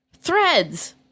Threads